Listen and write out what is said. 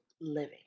living